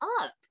up